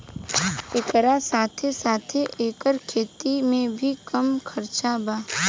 एकरा साथे साथे एकर खेती में भी कम खर्चा बा